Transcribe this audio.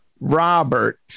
Robert